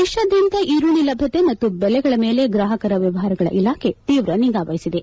ದೇಶಾದ್ಯಂತ ಈರುಳ್ಳ ಲಭ್ಯತೆ ಮತ್ತು ಬೆಲೆಗಳ ಮೇಲೆ ಗ್ರಾಪಕರ ವ್ಯವಹಾರಗಳ ಇಲಾಖೆ ತೀವ್ರ ನಿಗಾವಹಿಸಿದೆ